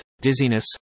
dizziness